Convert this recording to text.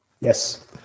Yes